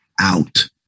out